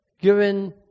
given